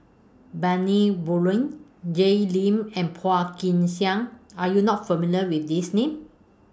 Bani Buang Jay Lim and Phua Kin Siang Are YOU not familiar with These Names